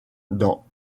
dans